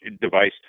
device